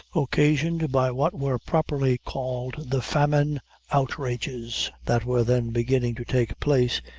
occasioned by what were properly called the famine outrages, that were then beginning to take place,